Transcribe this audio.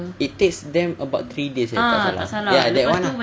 it takes them about three days eh tak salah ya that [one] lah